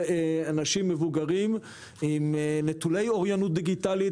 אנשים מבוגרים נטולי אוריינות דיגיטלית